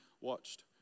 watched